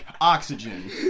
oxygen